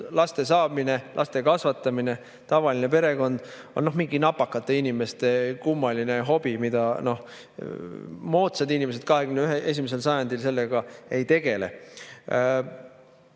laste saamine, laste kasvatamine, tavaline perekond on mingi napakate inimeste kummaline hobi, millega moodsad inimesed 21. sajandil ei tegele.